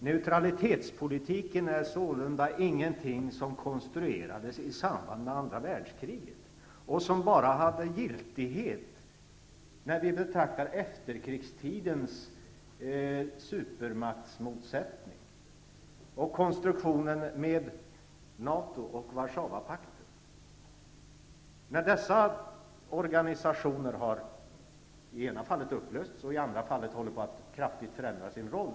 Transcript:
Neutralitetspolitiken är sålunda ingenting som konstruerades i samband med andra världskriget och som bara ägde giltighet under efterkrigstidens supermaktsmotsättning och konstruktionen med NATO och Warszawapakten. Den ena av dessa organisationer har upplösts och den andra håller på att starkt förändra sin roll.